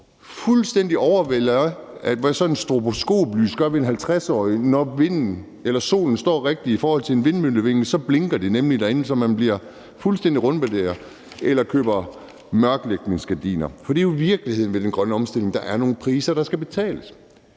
fuldstændig overvældet af, hvad sådan et stroboskoplys gør ved en 50-årig. Når solen står rigtigt i forhold til en vindmøllevinge, blinker det nemlig derinde, så det kører fuldstændig rundt eller man køber mørklægningsgardiner. For virkeligheden ved den grønne omstilling er jo, at der er nogle priser, der skal betales,